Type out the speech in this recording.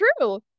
true